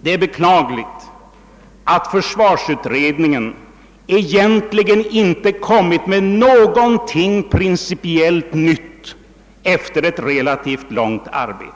Det är beklagligt att försvarsutredningen egentligen inte kommit med någonting principiellt nytt efter sitt relativt långa arbete.